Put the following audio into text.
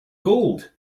gold